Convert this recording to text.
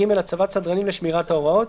(ג)הצבת סדרנים לשמירת ההוראות,